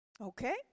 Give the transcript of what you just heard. okay